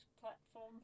platform